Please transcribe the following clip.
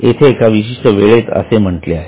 इथे एका विशिष्ट वेळेत असे म्हटले आहे